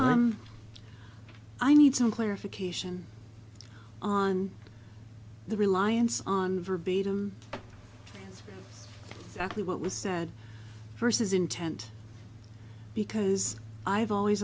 e i need some clarification on the reliance on verbatim actually what was said versus intent because i've always